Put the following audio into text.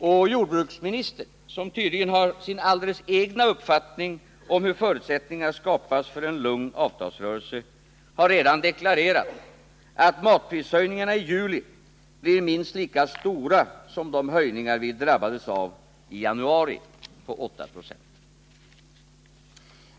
Och jordbruksministern, som tydligen har sin egen uppfattning om hur förutsättningar skapas för en lugn avtalsrörelse, har redan deklarerat att matprishöjningarna i juli blir minst lika stora som de höjningar vi drabbades av i januari på 8 20.